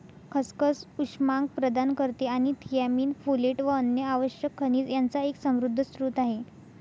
खसखस उष्मांक प्रदान करते आणि थियामीन, फोलेट व अन्य आवश्यक खनिज यांचा एक समृद्ध स्त्रोत आहे